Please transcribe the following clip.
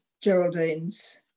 Geraldine's